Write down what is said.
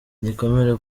igikomere